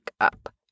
up